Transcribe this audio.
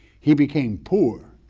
he became poor,